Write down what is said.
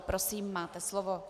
Prosím, máte slovo.